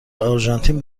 آرژانتین